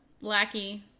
lackey